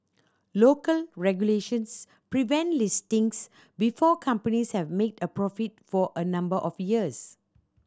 local regulations prevent listings before companies have made a profit for a number of years